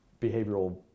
behavioral